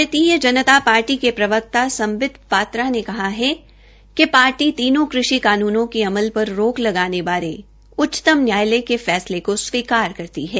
भारतीय जनता पार्टी के प्रवक्ता समवित पात्रा ने कहा है कि पार्टी तीनों कृषि कानूनों के अमल पर रोक लगाने और उच्चतम न्यायालय के फैसले को स्वीकार करती है